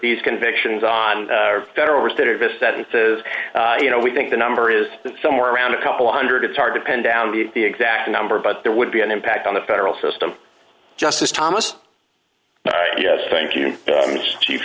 these convictions on the federal reserve is that in the you know we think the number is somewhere around a couple of one hundred it's hard to pin down the exact number but there would be an impact on the federal system justice thomas yes thank you chief